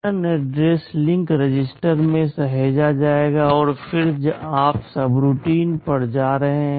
return address link register में सहेजा जाएगा और फिर आप सबरूटीन पर जा रहे हैं